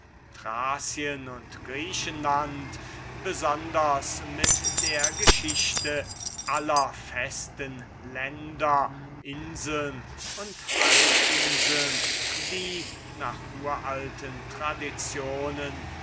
thracien und griechenland und besonders mit der geschichte aller festen länder inseln und halbinseln die nach uralten traditionen